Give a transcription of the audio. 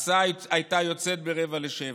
ההסעה הייתה יוצאת ב-06:45.